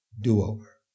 do-over